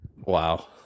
Wow